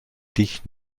dich